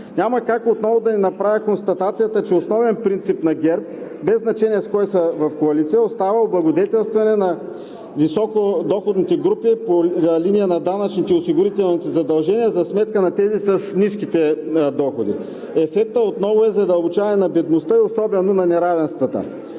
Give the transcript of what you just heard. Няма как отново да не направя констатацията, че основен принцип на ГЕРБ, без значение с кой са в коалиция, остава облагодетелстването на високодоходните групи по линия на данъчните и осигурителните задължения за сметка на тези с ниските доходи. Ефектът отново е задълбочаване на бедността – особено на неравенствата.